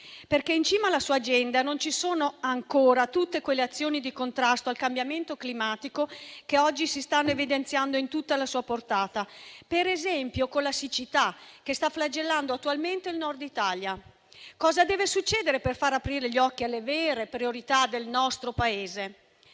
In cima alla sua agenda, infatti, non ci sono ancora tutte quelle azioni di contrasto al cambiamento climatico che oggi si sta evidenziando in tutta la sua portata, per esempio, con la siccità, che sta flagellando attualmente il Nord Italia. Cosa deve succedere per far aprire gli occhi sulle vere priorità del nostro Paese?